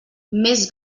més